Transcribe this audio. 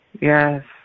Yes